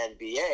NBA